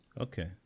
Okay